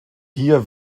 hier